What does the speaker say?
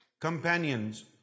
Companions